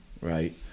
right